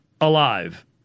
alive